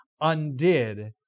undid